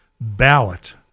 ballot